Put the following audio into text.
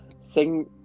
sing